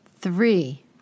Three